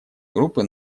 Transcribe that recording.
группы